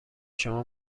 شما